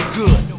good